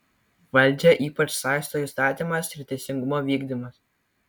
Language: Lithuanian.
valdžią ypač saisto įstatymas ir teisingumo vykdymas